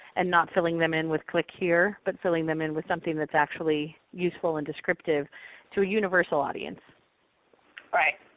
and not filling them in with click here, but filling them in with something that's actually useful and descriptive to a universal audience. jessica right.